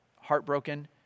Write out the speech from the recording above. heartbroken